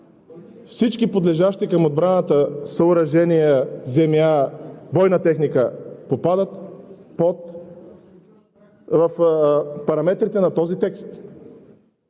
всички подлежащи към отбраната –съоръжения, земя, бойна техника, попадат в параметрите на този текст.